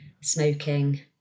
smoking